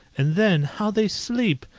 and then, how they sleep!